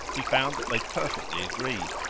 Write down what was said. he found that they perfectly agreed.